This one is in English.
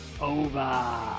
over